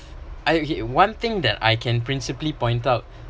I one thing that I can principly point out